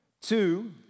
Two